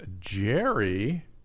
Jerry